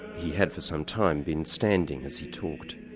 he had for sometime been standing as he talked.